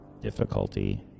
Difficulty